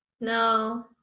No